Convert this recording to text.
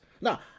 now